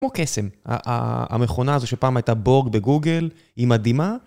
כמו קסם. המכונה הזו שפעם הייתה בורג בגוגל, היא מדהימה.